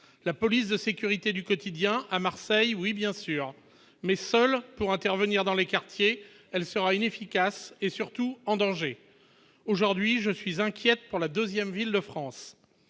la police de sécurité du quotidien à Marseille oui bien sûr, mais seuls pour intervenir dans les quartiers, elle sera inefficace et surtout en danger aujourd'hui, je suis inquiète pour la 2ème ville de France